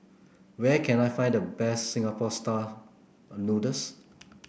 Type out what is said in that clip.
where can I find the best Singapore style noodles